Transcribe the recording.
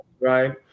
right